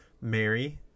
Mary